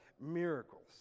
miracles